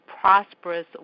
prosperous